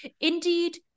Indeed